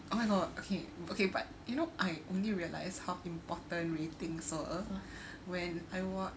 oh my god okay okay but you know I only realize how important we think when I watched